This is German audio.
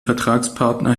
vertragspartner